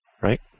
right